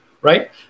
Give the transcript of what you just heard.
right